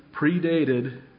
predated